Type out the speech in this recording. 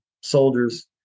soldiers